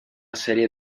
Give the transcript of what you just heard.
serie